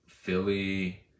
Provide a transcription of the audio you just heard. Philly